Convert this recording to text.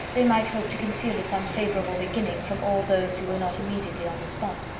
they might hope to conceal its unfavourable beginning from all those who were not immediately on the spot.